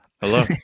Hello